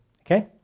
okay